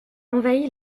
envahit